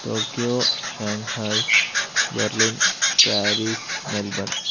Tokyo Shanghai Berlin Paris Melbourne